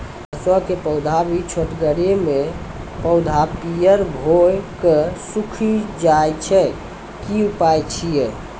सरसों के पौधा भी छोटगरे मे पौधा पीयर भो कऽ सूख जाय छै, की उपाय छियै?